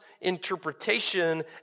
interpretation